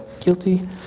guilty